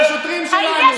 לשוטרים שלנו.